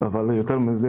אבל יותר מזה,